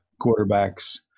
quarterbacks